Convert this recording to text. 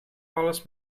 alles